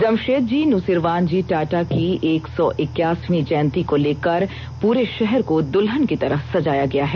जमशेदजी नुसीरवानजी टाटा की एक सौ इक्यासवीं जयंती को लेकर पूरे शहर को दुल्हन की तरह सजाया गया है